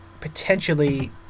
potentially